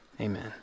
Amen